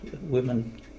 women